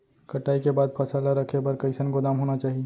कटाई के बाद फसल ला रखे बर कईसन गोदाम होना चाही?